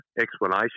explanation